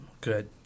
Good